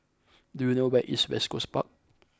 do you know where is West Coast Park